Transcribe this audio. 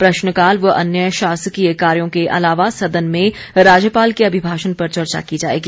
प्रश्नकाल व अन्य शासकीय कार्यों के अलावा सदन में राज्यपाल के अभिभाषण पर चर्चा की जाएगी